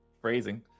Phrasing